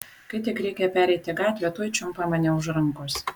kai tik reikia pereiti gatvę tuoj čiumpa mane už rankos